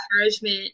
encouragement